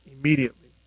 immediately